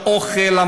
האוכל,